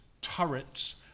turrets